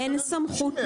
הסכמה לשלם.